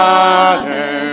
Father